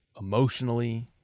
emotionally